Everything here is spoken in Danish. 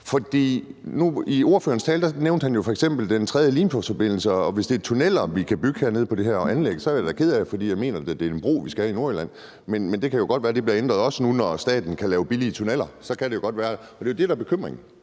ordføreren jo f.eks. den tredje Limfjordsforbindelse, og hvis det er tunneller, vi skal bygge nede på det her anlæg, så er jeg da ked af det, for jeg mener da, det er en bro, vi skal have i Nordjylland. Men det kan jo godt være, det bliver ændret. Nu når staten kan lave billige tunneller, kan det jo godt være, og det er det, der er bekymringen.